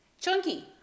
chunky